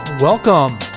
Welcome